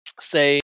say